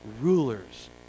rulers